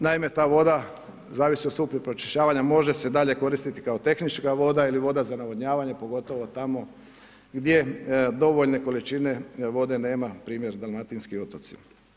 Naime, ta voda, zavisi o stupnju pročišćavanja, može se dalje koristiti kao tehnička voda ili voda za navodnjavanje, pogotovo tamo gdje dovoljne količine vode nema, npr. dalmatinski otoci.